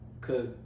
Cause